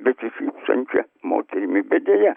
besišypsančia moterimi bet deja